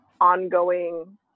ongoing